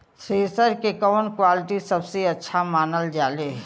Thresher के कवन quality सबसे अच्छा मानल जाले?